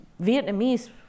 Vietnamese